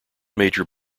major